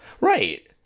right